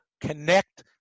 connect